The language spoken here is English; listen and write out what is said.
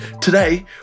today